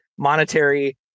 monetary